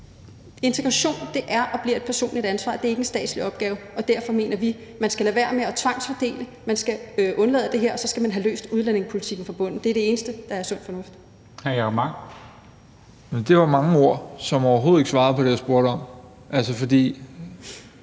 Integration er og bliver et personligt ansvar. Det er ikke en statslig opgave, og derfor mener vi, at man skal lade være med at tvangsfordele. Man skal undlade det, og så skal man have løst udlændingepolitikken fra bunden. Det er det eneste, der er sund fornuft. Kl. 14:41 Formanden (Henrik Dam Kristensen): Hr. Jacob Mark.